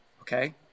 okay